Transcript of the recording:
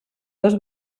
dos